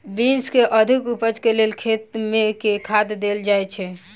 Beans केँ अधिक उपज केँ लेल खेत मे केँ खाद देल जाए छैय?